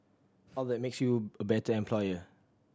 all that makes you a better employer